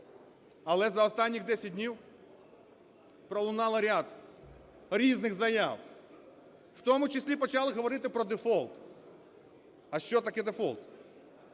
Але за останні 10 днів пролунало ряд різних заяв, в тому числі почали говорити про дефолт. А що таке дефолт?